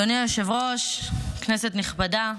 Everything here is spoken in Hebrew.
אדוני היושב-ראש, כנסת נכבדה,